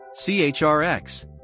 CHRX